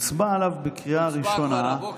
הצביעו עליו בקריאה ראשונה -- הוא הוצבע כבר הבוקר.